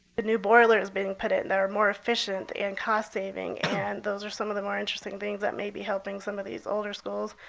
the new boiler is being put it. they're more efficient in cost saving. and those are some of the more interesting things that may be helping some of these older schools.